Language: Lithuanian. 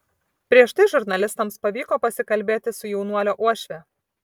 prieš tai žurnalistams pavyko pasikalbėti su jaunuolio uošve